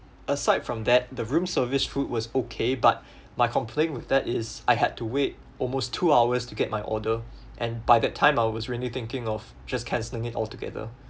aside from that the room service food was okay but my complaint with that is I had to wait almost two hours to get my order and by that time I was really thinking of just cancelling it altogether